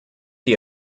die